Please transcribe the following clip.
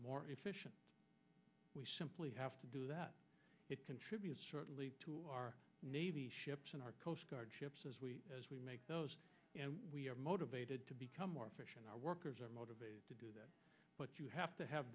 more efficient we simply have to do that it contributes to our navy ships and our coast guard ships as we make those we are motivated to become more efficient our workers are motivated to do that but you have to have